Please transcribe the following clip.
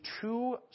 two